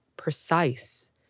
Precise